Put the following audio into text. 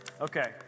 Okay